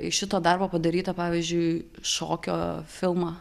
iš šito darbo padarytą pavyzdžiui šokio filmą